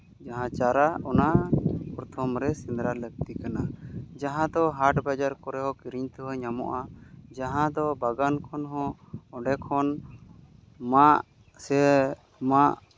ᱡᱟᱦᱟᱸ ᱪᱟᱨᱟ ᱚᱱᱟ ᱯᱨᱚᱛᱷᱚᱢ ᱨᱮ ᱥᱮᱸᱫᱽᱨᱟ ᱞᱟᱹᱠᱛᱤ ᱠᱟᱱᱟ ᱡᱟᱦᱟᱸ ᱫᱚ ᱦᱟᱴ ᱵᱟᱡᱟᱨ ᱠᱚᱨᱮ ᱦᱚᱸ ᱠᱤᱨᱤᱧ ᱛᱮᱦᱚᱸ ᱧᱟᱢᱚᱜᱼᱟ ᱡᱟᱦᱟᱸ ᱫᱚ ᱵᱟᱜᱟᱱ ᱠᱷᱚᱱ ᱦᱚᱸ ᱚᱸᱰᱮ ᱠᱷᱚᱱ ᱢᱟᱜ ᱥᱮ ᱢᱟᱜ